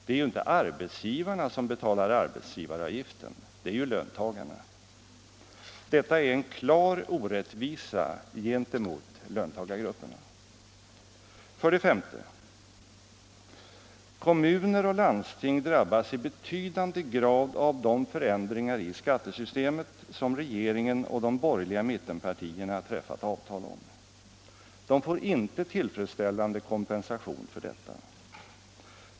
Det är inte arbetsgivarna som betalar arbetsgivaravgiften — det är löntagarna. Detta är en klar orättvisa gentemot löntagarna. 5. Kommuner och landsting drabbas i betydande grad av de förändringar i skattesystemet som regeringen och de borgerliga mittenpartierna träffat avtal om. Man får icke tillfredsställande kompensation för detta.